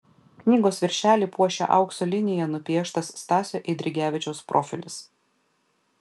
knygos viršelį puošia aukso linija nupieštas stasio eidrigevičiaus profilis